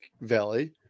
Valley